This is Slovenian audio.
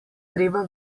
treba